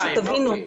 שתבינו,